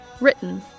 Written